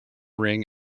ring